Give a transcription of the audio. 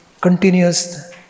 continuous